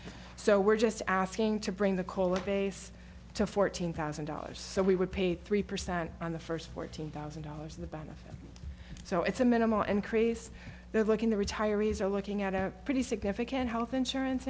so we're just asking to bring the color base to fourteen thousand dollars so we would pay three percent on the first fourteen thousand dollars of the benefit so it's a minimal increase there looking the retirees are looking at a pretty significant health insurance